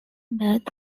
birth